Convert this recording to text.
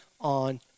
on